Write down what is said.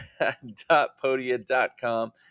podia.com